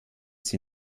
sie